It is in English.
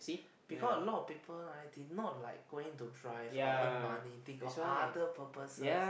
because a lot of people right they not like going to drive or earn money they got other purposes